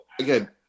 again